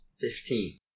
Fifteen